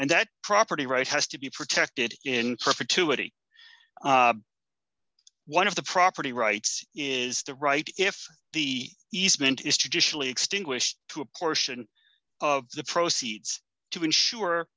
and that property rights has to be protected in perpetuity one of the property rights is the right if the easement is traditionally extinguished to a portion of the proceeds to insure